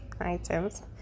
items